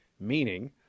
Meaning